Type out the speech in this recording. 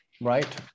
right